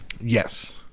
Yes